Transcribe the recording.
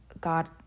God